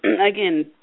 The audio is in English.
again